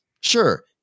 sure